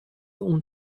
اون